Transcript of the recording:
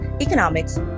economics